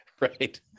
Right